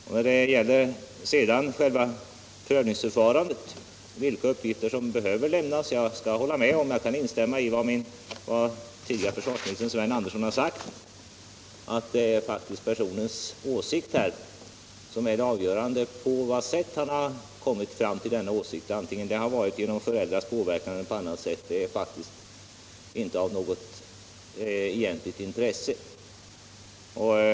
När det sedan gäller själva prövningsförfarandet kan jag instämma i vad den tidigare försvarsministern, Sven Andersson, sagt, nämligen att det är personens åsikt som är det avgörande — på vad sätt han har kommit fram till denna åsikt, om det varit genom föräldrarnas påverkan eller på annat sätt, är faktiskt inte av något egentligt intresse.